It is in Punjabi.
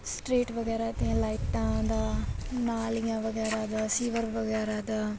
ਸਟ੍ਰੀਟ ਵਗੈਰਾ ਦੀਆਂ ਲਾਈਟਾਂ ਦਾ ਨਾਲੀਆਂ ਵਗੈਰਾ ਦਾ ਸੀਵਰ ਵਗੈਰਾ ਦਾ